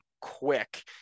quick